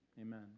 Amen